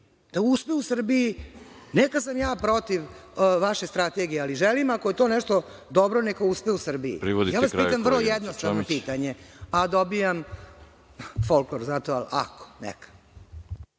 da uspe u Srbiji. Neka sam ja protiv vaše strategije, ali želim, ako je to nešto dobro neka uspe u Srbiji. Pitam vas vrlo jednostavno pitanje, a dobijam folklor. **Đorđe